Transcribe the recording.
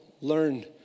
learn